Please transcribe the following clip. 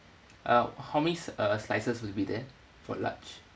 uh how many uh slices will be there for large